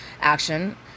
action